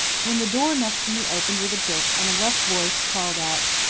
when the door next me opened with a jerk and a rough voice called out,